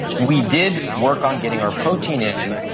we did work on getting our protein in,